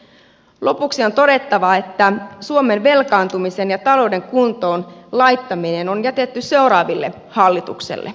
lopuksi on todettava että suomen velkaantumisen ja talouden kuntoon laittaminen on jätetty seuraaville hallituksille